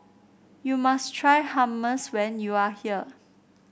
you must try Hummus when you are here